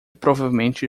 provavelmente